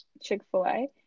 Chick-fil-A